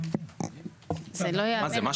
זה לא ייאמן.